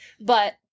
But-